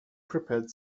prepared